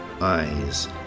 eyes